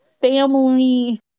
family